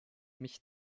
mich